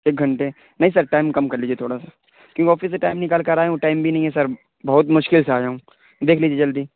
ایک گھنٹے نہیں سر ٹائم کم کر لیجیے تھوڑا سا کیونکہ آفس سے ٹائم نکال کر آیا ہوں ٹائم بھی نہیں ہے سر بہت مشکل سے آیا ہوں دیکھ لیجیے جلدی